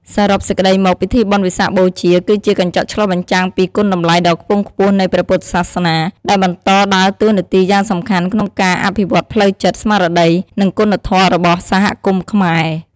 សរុបសេចក្ដីមក ពិធីបុណ្យវិសាខបូជាគឺជាកញ្ចក់ឆ្លុះបញ្ចាំងពីគុណតម្លៃដ៏ខ្ពង់ខ្ពស់នៃព្រះពុទ្ធសាសនា ដែលបន្តដើរតួនាទីយ៉ាងសំខាន់ក្នុងការអភិវឌ្ឍផ្លូវចិត្ត ស្មារតី និងគុណធម៌របស់សហគមន៍ខ្មែរ។